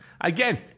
Again